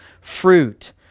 fruit